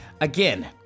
Again